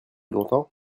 longtemps